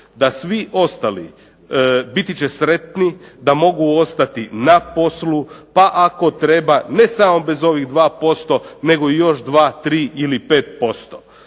da svi ostali biti će sretni da mogu ostati na poslu, pa ako treba ne samo bez ovih 2%, nego još 2, 3 ili 5%.